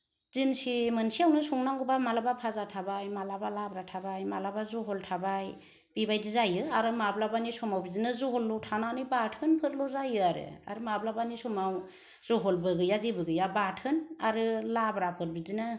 दिनसे मोनसेयावनो संनांगौबा मालाबा फाजा थाबाय मालाबा लाब्रा थाबाय मालाबा जहल थाबाय बेबायदि जायो आरो माब्लाबानि समाव बिदिनो जहल ल' थानानै बाथोनफोरल' जायो आरो आरो माब्लाबानि समाव जहलबो गैया जेबो गैया बाथोन आरो लाब्राफोर बिदिनो